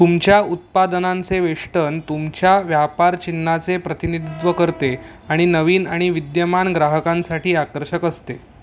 तुमच्या उत्पादनांचे वेष्टन तुमच्या व्यापारचिन्हाचे प्रतिनिधित्व करते आणि नवीन आणि विद्यमान ग्राहकांसाठी आकर्षक असते